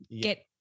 get